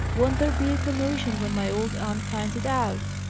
won't there be a commotion when my old aunt finds it out!